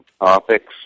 topics